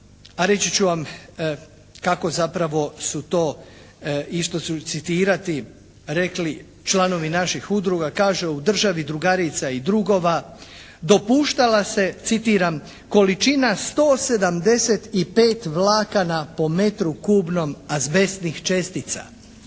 a reći ću vam kako zapravo su to išli su citirati, rekli članovi naših udruga. Kaže, “u državi drugarica i drugova dopuštala se citiram količina 175 vlakana po metru kubnom azbestnih čestica.“